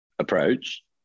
approach